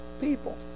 people